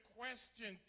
question